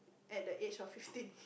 at the age of fifteen